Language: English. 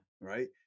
Right